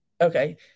Okay